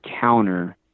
counter